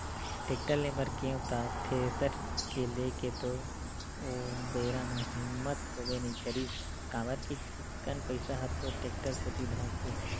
tractor ले बर गेंव त थेरेसर के लेय के तो ओ बेरा म हिम्मत होबे नइ करिस काबर के चिक्कन पइसा ह तो टेक्टर कोती धसगे